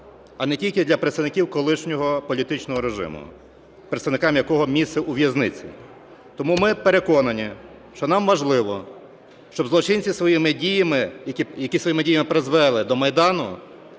а не тільки для представників колишнього політичного режиму, представникам якого місце у в'язниці. Тому ми переконані, що нам важливо, щоб злочинці своїми діями, які своїми діями призвели до Майдану